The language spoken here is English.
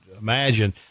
imagine